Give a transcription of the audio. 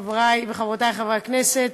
חברי וחברותי חברי הכנסת,